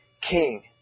king